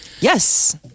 Yes